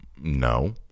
no